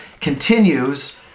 continues